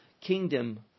kingdom